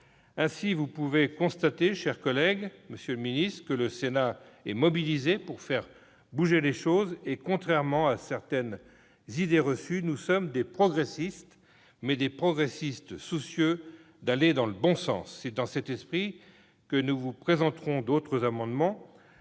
le secrétaire d'État, mes chers collègues, le Sénat est mobilisé pour faire bouger les choses. Contrairement à certaines idées reçues, nous sommes des progressistes, mais des progressistes soucieux d'aller dans le bon sens. C'est dans cet esprit que nous vous présenterons d'autres amendements.